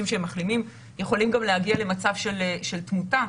שמחלימים יכולים גם להגיע למצב של תמותה.